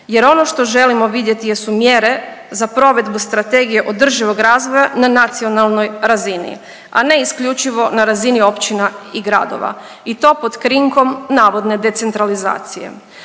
Jer ono što želimo vidjeti jesu mjere za provedbu Strategije održivog razvoja na nacionalnoj razini, a ne isključivo na razini općina i gradova i to pod krinkom navodne decentralizacije.